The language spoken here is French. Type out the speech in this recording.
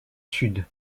sud